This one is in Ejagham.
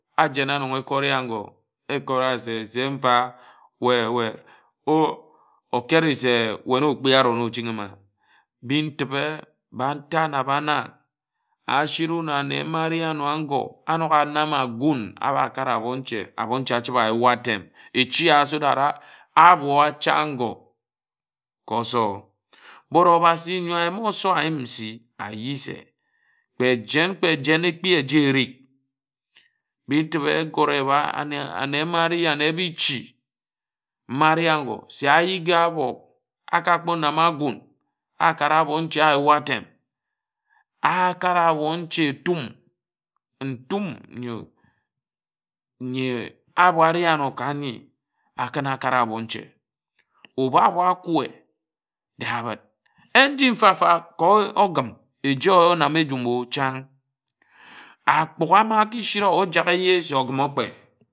Ajena nnon ekori ago ekori ye se se mfa weh weh okere se ye nna okpi aron̄ ochighim a bi ntibe ba nta na ba ashi wun ba ane mba ari áno n̄gor anok anam agún ába kare abon-nche abon-nche achibe a yua atem echi a so that ábo acha ángo ka osor but obhasi nyo ayim ósor ayim nsi ayi se kpe jen kpe jen ekpi eje erik bi itibe egore wah ane mba ari ene bi ishi ma ari ángo se ayigha abo aka kpo onam agún akara obo nji a yua atem akare abo nchi etum ntum nyi abo ari ano ka anyi a kin akare abon-nche ebu ábo akwe de abid en nji mfa-mfa ka ogim eji onam a ejum o chań ábughe ama aki sire ojak eje se ōgim okpe.